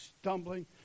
stumbling